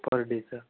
पर डेचं